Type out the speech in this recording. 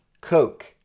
coke